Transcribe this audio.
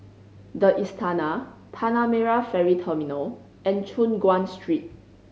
The Istana Tanah Merah Ferry Terminal and Choon Guan Street